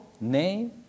name